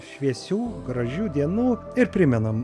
šviesių gražių dienų ir primenam